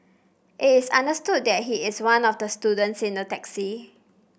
it is understood that he is one of the students in the taxi